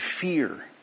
fear